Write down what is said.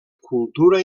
cultura